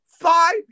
five